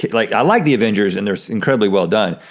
like i like the avengers and they're incredibly well done,